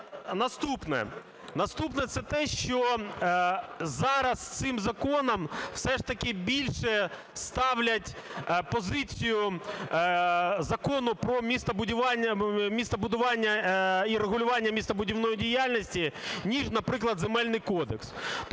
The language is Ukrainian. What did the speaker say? Наступне – це те, що зараз цим законом все ж таки більше ставлять позицію Закону "Про містобудування і регулювання містобудівної діяльності" ніж, наприклад, Земельний кодекс.